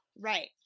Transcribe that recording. Right